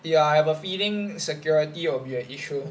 ya I have a feeling security will be an issue